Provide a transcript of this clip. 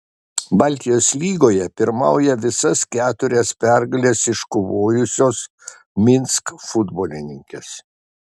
baltijos lygoje pirmauja visas keturias pergales iškovojusios minsk futbolininkės